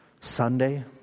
Sunday